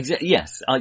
Yes